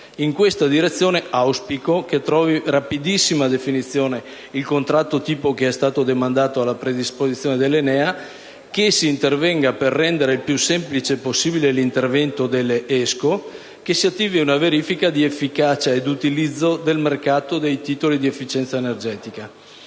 In questa direzione auspico che trovi rapidissima definizione il contratto tipo che è stato demandato alla predisposizione dell'ENEA; che si intervenga per rendere il più semplice possibile l'intervento delle ESCO; che si attivi una verifica di efficacia ed utilizzo del mercato dei titoli di efficienza energetica.